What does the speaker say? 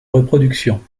reproduction